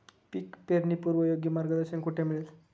पीक पेरणीपूर्व योग्य मार्गदर्शन कुठे मिळेल?